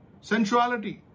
sensuality